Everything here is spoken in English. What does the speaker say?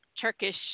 Turkish